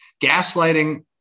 gaslighting